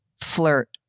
flirt